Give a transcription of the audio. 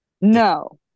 No